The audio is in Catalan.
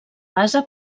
base